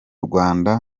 rwanda